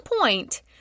point